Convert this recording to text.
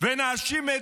ונאשים את